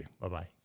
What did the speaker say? Bye-bye